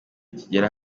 kigera